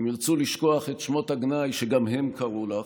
הם ירצו לשכוח את שמות הגנאי שגם הם קראו לך.